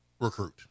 recruit